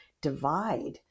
divide